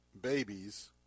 babies